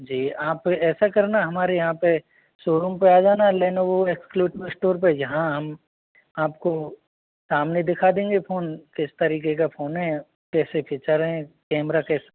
जी आप ऐसा करना हमारे यहाँ पे शोरूम पर आ जाना लेनेवो एक्सक्लूटिव स्टोरी पर यहाँ हम आपको सामने दिखा देंगे फ़ोन किस तरीके का फ़ोन है कैसे फीचर्स हैं कैमरा कैसे